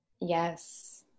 Yes